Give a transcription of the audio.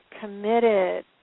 committed